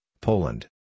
Poland